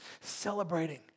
celebrating